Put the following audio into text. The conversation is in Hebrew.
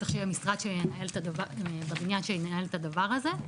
צריך שיהיה משרד בבניין שינהל את הדבר הזה.